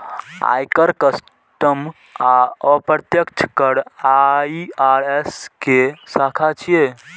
आयकर, कस्टम आ अप्रत्यक्ष कर आई.आर.एस के शाखा छियै